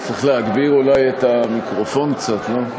צריך להגביר אולי את המיקרופון קצת, לא?